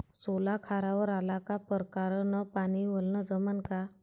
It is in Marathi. सोला खारावर आला का परकारं न पानी वलनं जमन का?